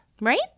Right